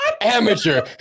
Amateur